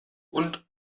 und